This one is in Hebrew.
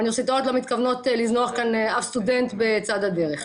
האוניברסיטאות לא מתכוונות לזנוח כאן אף סטודנט בצד הדרך.